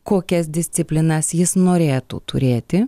kokias disciplinas jis norėtų turėti